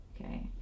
Okay